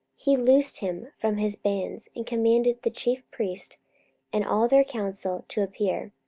he loosed him from his bands, and commanded the chief priests and all their council to appear,